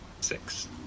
six